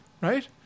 right